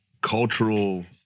cultural